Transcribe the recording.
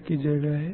प्रकट करती है